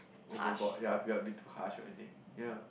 overboard ya a bit a bit too harsh or anything ya